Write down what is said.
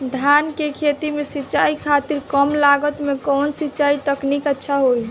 धान के खेती में सिंचाई खातिर कम लागत में कउन सिंचाई तकनीक अच्छा होई?